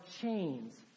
chains